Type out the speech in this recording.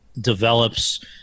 develops